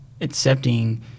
accepting